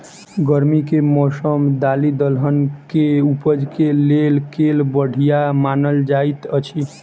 गर्मी केँ मौसम दालि दलहन केँ उपज केँ लेल केल बढ़िया मानल जाइत अछि?